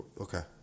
Okay